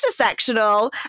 intersectional